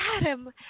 Adam